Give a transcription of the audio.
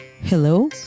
Hello